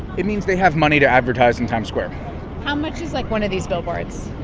it means they have money to advertise in times square how much is, like, one of these billboards?